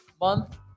month